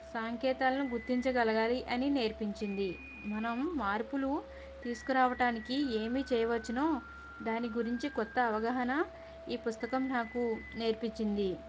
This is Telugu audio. సంకేతాలను గుర్తించగలగాలి అని నేర్పించింది మనం మార్పులు తీసుకురావటానికి ఏమీ చేయవచ్చునో దాని గురించి కొత్త అవగాహన ఈ పుస్తకం నాకు నేర్పించింది